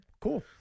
Cool